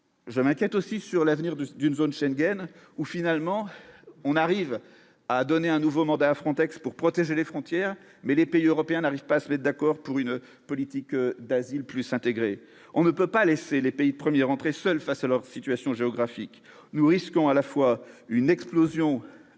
je m'inquiète aussi sur l'avenir de d'une zone Schengen où finalement on arrive à donner un nouveau mandat Frontex pour protéger les frontières mais les pays européens n'arrivent pas à se mettent d'accord pour une politique d'asile plus intégrer, on ne peut pas laisser les pays de première entrée seuls face à leur fixation géographique, nous risquons à la fois une explosion de la zone